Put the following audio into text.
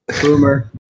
Boomer